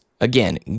Again